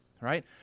right